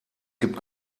gibt